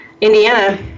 Indiana